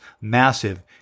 massive